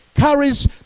Carries